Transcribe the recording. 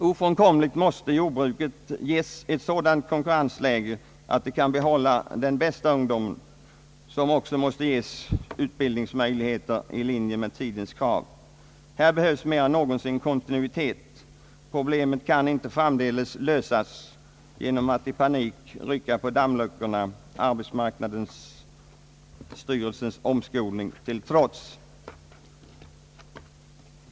Ofrånkomligt måste jordbruket ges ett sådant konkurrensläge att det kan behålla den bästa ungdomen, som också måste ges utbildningsmöjligheter i linje med tidens krav. Här behövs mer än någonsin kontinuitet. Problemet kan inte framdeles lösas genom att i panik rycka på dammluckorna, arbetsmarknadsstyrelsens omskolning till trots.